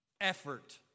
effort